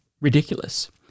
ridiculous